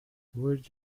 would